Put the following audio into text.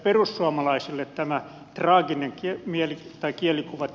perussuomalaisille tästä traagisesta kielikuvasta titanicista